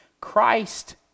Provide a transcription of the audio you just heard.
Christ